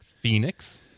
Phoenix